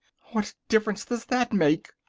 what difference does that make!